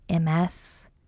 ms